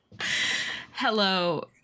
hello